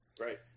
Right